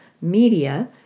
media